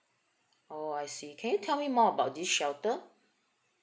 oh I see can you tell me more about this shelter